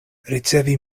ricevi